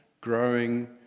growing